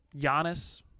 Giannis